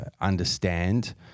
understand